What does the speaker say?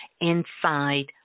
inside